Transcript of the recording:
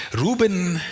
Reuben